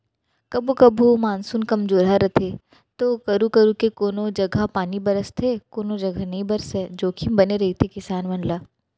कभू कभू जब मानसून कमजोरहा रथे तो करू करू के कोनों जघा पानी बरसथे कोनो जघा नइ बरसय जोखिम बने रहिथे किसान मन ला